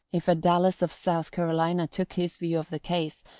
if a dallas of south carolina took his view of the case,